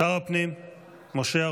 לא, אתה יכול לשבת שם, אבל, שר הפנים משה ארבל.